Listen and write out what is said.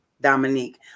Dominique